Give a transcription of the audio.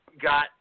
got